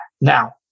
Now